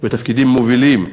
בתפקידים מובילים,